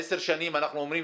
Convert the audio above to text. עשר שנים אנחנו אומרים,